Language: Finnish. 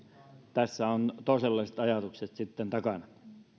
tässä on toisenlaiset ajatukset sitten takana